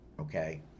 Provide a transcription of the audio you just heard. okay